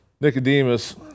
Nicodemus